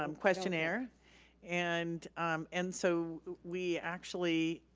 um questionnaire and and so we actually,